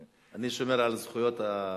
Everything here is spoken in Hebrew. אני שומר על זכויות הדוברים.